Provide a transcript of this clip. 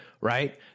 right